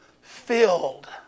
filled